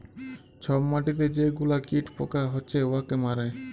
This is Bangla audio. ছব মাটিতে যে গুলা কীট পকা হছে উয়াকে মারে